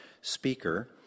speaker